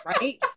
right